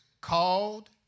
called